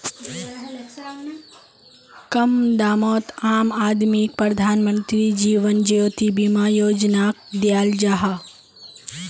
कम दामोत आम आदमीक प्रधानमंत्री जीवन ज्योति बीमा योजनाक दियाल जाहा